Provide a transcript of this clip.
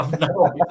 no